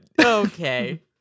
Okay